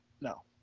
No